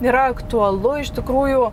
yra aktualu iš tikrųjų